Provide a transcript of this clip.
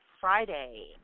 Friday